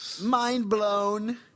Mind-blown